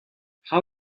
how